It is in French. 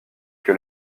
que